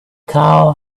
car